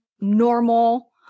normal